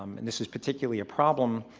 and this is particularly a problem,